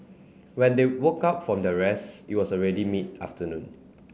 when they woke up from their rest it was already mid afternoon